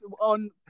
on